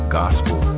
gospel